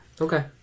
Okay